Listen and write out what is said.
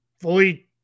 fully